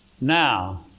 Now